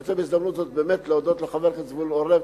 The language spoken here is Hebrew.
ואני רוצה בהזדמנות זו באמת להודות לחבר הכנסת זבולון אורלב,